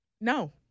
No